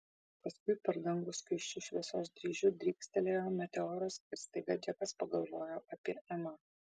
paskui per dangų skaisčiu šviesos dryžiu drykstelėjo meteoras ir staiga džekas pagalvojo apie emą